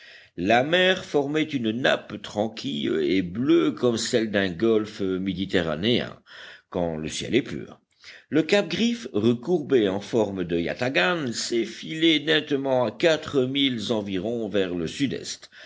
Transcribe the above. la mer formait une nappe tranquille et bleue comme celle d'un golfe méditerranéen quand le ciel est pur le cap griffe recourbé en forme de yatagan s'effilait nettement à quatre milles environ vers le sud-est